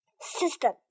system